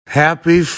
happy